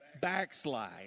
backslide